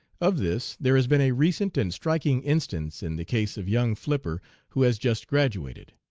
of this there has been a recent and striking instance in the case of young flipper who has just graduated.